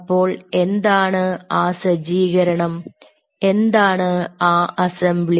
അപ്പോൾ എന്താണ് ആ സജ്ജീകരണം എന്താണ് ആ അസംബ്ലി